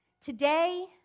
Today